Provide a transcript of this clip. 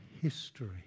history